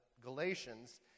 Galatians